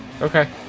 Okay